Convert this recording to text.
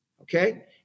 okay